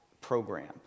program